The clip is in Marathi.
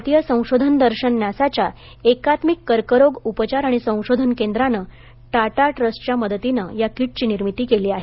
भारतीय संशोधन दर्शन न्यासाच्या एकात्मिक कर्करोग उपचार आणि संशोधन केंद्रानं टाटा ट्रस्टच्या मदतीने या कीटची निर्मिती केली आहे